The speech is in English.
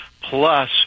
plus